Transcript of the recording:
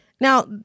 Now